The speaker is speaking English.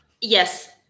Yes